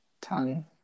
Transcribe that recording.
Tongue